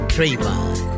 Trayvon